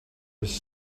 was